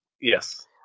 Yes